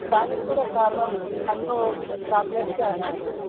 దానికి కూడా కారణం పన్ను చాక్లెట్స్ అండి